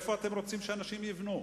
איפה אתם רוצים שאנשים יבנו,